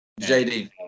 JD